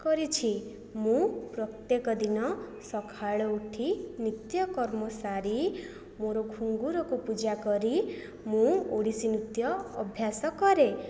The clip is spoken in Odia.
କରିଛି ମୁଁ ପ୍ରତ୍ୟେକ ଦିନ ସକାଳୁ ଉଠି ନିତ୍ୟକର୍ମ ସାରି ମୋର ଘୁଙ୍ଗୁରକୁ ପୂଜା କରି ମୁଁ ଓଡ଼ିଶୀ ନୃତ୍ୟ ଅଭ୍ୟାସ କରେ